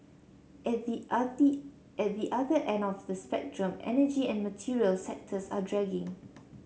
at the at the other end of the spectrum energy and material sectors are dragging